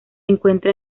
encuentra